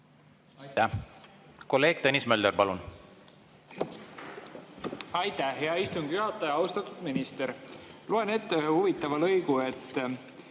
Aitäh!